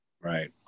right